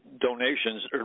donations